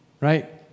Right